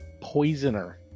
poisoner